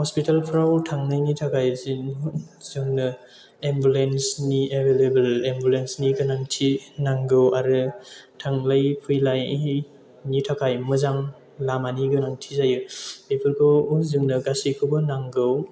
हस्पिटालफोराव थांनायनि थाखाय जोंनो एम्बुलेन्सनि एभैलएबोल एम्बुलेन्सनि गोनांथि नांगौ आरो थांलाय फैलायनि थाखाय मोजां लामानि गोनांथि जायो बेफोरखौ जोंनो गासैखौबो नांगौ